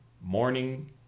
morning